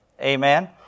Amen